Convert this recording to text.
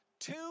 two